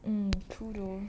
true though